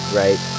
right